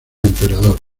emperador